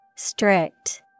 Strict